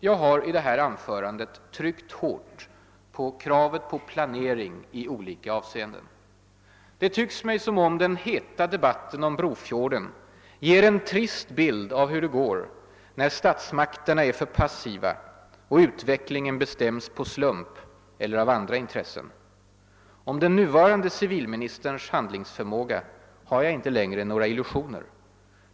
Jag har i det här anförandet tryckt hårt på kravet på planering i olika avseenden. Det tycks mig som om den heta debatten om Brofjorden ger en trist bild av hur det går när statsmakterna är för passiva och utvecklingen bestäms av slump eller av andra intressen. Om den nuvarande civilministerns handlingsförmåga har jag inte längre några illusioner.